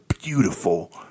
beautiful